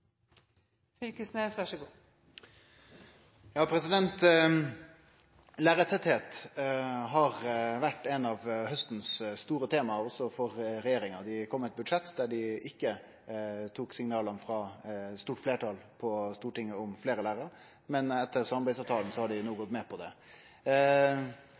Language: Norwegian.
har vore eitt av haustens store tema også for regjeringa. Dei kom med eit budsjett der dei ikkje tok signala frå eit stort fleirtal på Stortinget om fleire lærarar, men etter samarbeidsavtalen har dei no